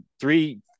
three